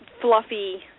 fluffy